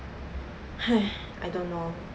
!hais! I don't know